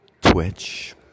Twitch